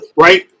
right